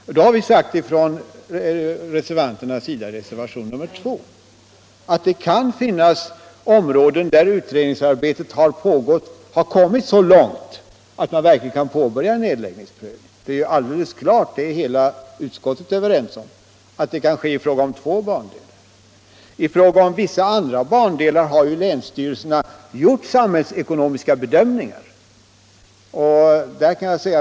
Men det kan, som vi sagt i reservationen 2, finnas områden där utredningsarbetet har kommit så långt att man verkligen kan påbörja en nedläggningsprövning. Hela utskottet är överens om att det kan ske i fråga om två bandelar. När det gäller vissa andra bandelar har länsstyrelserna gjort samhällsekonomiska bedömningar som kan motivera en nedläggning.